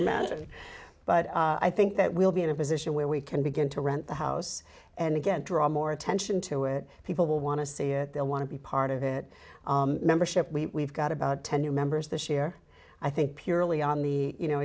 imagine but i think that we'll be in a position where we can begin to rent the house and again draw more attention to it people will want to see it they'll want to be part of it membership we got about ten new members this year i think purely on the you know